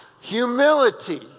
humility